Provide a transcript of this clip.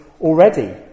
already